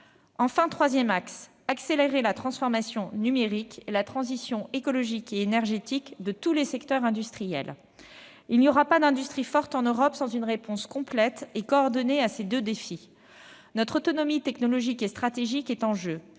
enfin, s'attache à accélérer la transformation numérique et la transition écologique et énergétique de tous les secteurs industriels. Il n'y aura pas d'industrie forte en Europe sans une réponse complète et coordonnée à ces deux défis. Notre autonomie technologique et stratégique est en jeu.